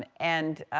and and,